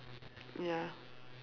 ya